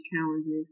challenges